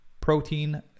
protein